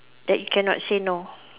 that you cannot say no